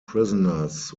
prisoners